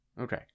Okay